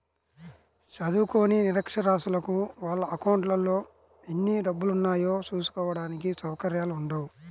చదువుకోని నిరక్షరాస్యులకు వాళ్ళ అకౌంట్లలో ఎన్ని డబ్బులున్నాయో చూసుకోడానికి సౌకర్యాలు ఉండవు